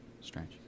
Strange